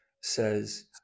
says